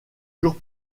jours